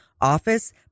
office